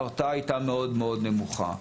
ההרתעה הייתה מאוד מאוד נמוכה.